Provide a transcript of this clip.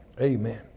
Amen